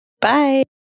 Bye